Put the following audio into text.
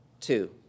two